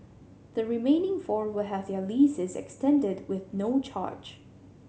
the remaining four will have their leases extended with no charge